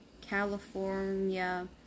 California